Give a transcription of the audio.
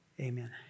amen